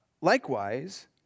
Likewise